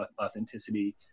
authenticity